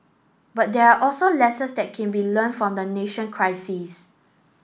but there are also lessons that can be learnt from the nation crisis